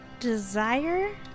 desire